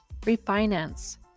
refinance